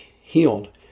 healed